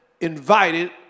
invited